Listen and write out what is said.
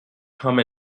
come